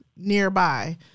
nearby